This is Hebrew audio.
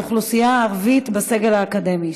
ייצוג הולם לאוכלוסייה הערבית בסגל האקדמי.